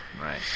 Right